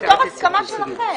זאת הסכמה שלכם.